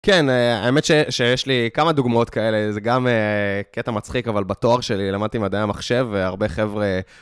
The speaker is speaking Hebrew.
כן, האמת שיש לי כמה דוגמאות כאלה, זה גם קטע מצחיק, אבל בתואר שלי למדתי מדעי המחשב והרבה חבר'ה...